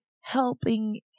Helping